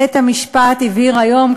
בית-המשפט הבהיר היום,